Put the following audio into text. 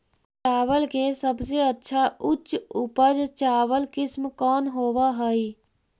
चावल के सबसे अच्छा उच्च उपज चावल किस्म कौन होव हई?